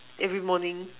every morning